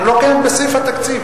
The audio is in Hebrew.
הוא לא קיים בספר התקציב.